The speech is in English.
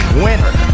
winner